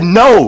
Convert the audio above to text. no